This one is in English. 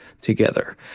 together